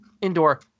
indoor